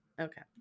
Okay